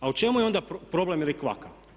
A u čemu je onda problem ili kvaka?